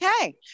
Okay